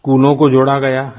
स्कूलों को जोड़ा गया है